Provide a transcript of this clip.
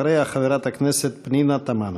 אחריה, חברת הכנסת פנינה תמנו.